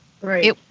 Right